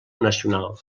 nacional